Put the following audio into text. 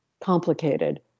complicated